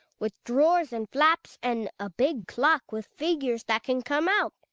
with drawers and flaps, and a big clock with figures that can come out.